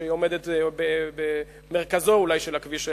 שהיא עומדת אולי במרכזו של הכביש.